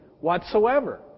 whatsoever